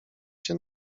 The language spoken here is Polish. się